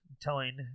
telling